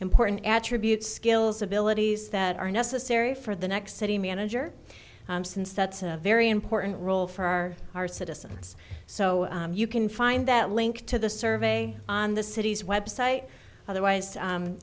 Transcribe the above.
important attributes skills abilities that are necessary for the next city manager since that's a very important role for our our citizens so you can find that link to the survey on the city's website otherwise